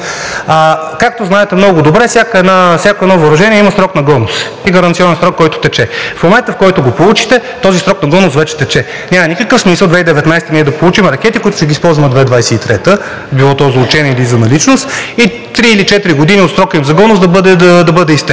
Както знаете много добре, всяко едно въоръжение има срок на годност и гаранционен срок, който тече. В момента, в който го получите, този срок на годност вече тече. Няма никакъв смисъл 2019 г. ние да получим ракети, които ще ги използваме 2023 г., било то за учение или за наличност, и три или четири години от срока им за годност да бъде изтекъл.